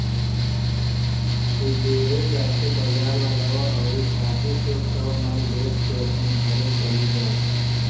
सुबेरे जाके बाजार लगावअ अउरी सांझी से सब माल बेच के अपनी घरे चली जा